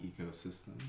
ecosystem